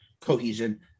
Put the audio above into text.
cohesion